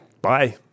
bye